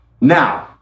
now